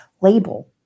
label